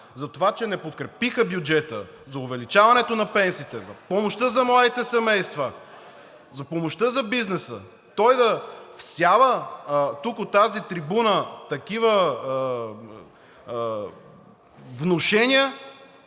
затова че не подкрепиха бюджета за увеличаването на пенсиите, помощта за младите семейства, за помощта за бизнеса, той да всява тук от тази трибуна такива внушения,